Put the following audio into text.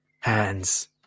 hands